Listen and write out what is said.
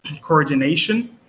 coordination